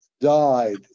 died